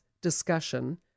discussion